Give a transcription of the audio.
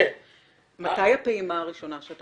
<< דובר_המשך >> שר העבודה,